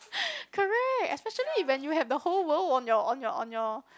correct especially when you have the whole world on your on your on your